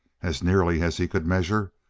as nearly as he could measure,